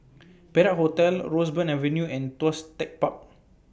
Perak Hotel Roseburn Avenue and Tuas Tech Park